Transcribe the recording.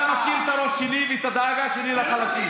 ואתה מכיר את הראש שלי ואת הדאגה שלי לחלשים.